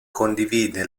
condivide